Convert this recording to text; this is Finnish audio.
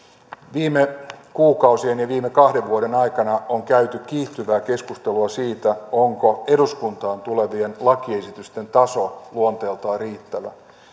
viime kuukausien ja kahden viime vuoden aikana on käyty kiihtyvää keskustelua siitä onko eduskuntaan tulevien lakiesitysten taso luonteeltaan riittävä